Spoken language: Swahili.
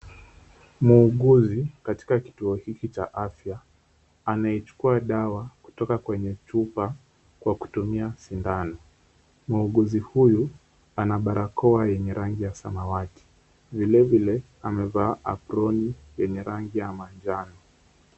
Muuguzi katika kituo hiki cha afya anaichukua dawa kutoka kwenye chupa kwa kuitumia sindano ,muuguzi huyu ana barakoa yenye rangi ya samawati vilevile ana aproni yenye rangi ya samawati.